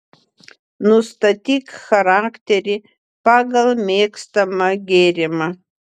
nustatyk charakterį pagal mėgstamą gėrimą